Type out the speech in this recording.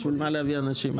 בשביל מה להביא אנשים.